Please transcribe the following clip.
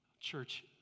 Church